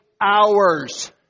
hours